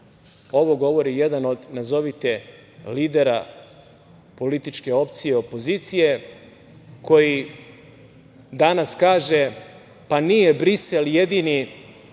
Ovo govori jedan od nazovite lidera političke opcije opozicije koji danas kaže – pa nije Brisel jedini